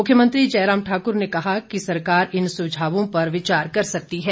मुख्यमंत्री जयराम ठाक्र ने सरकार इन सुझावों पर विचार कर सकती है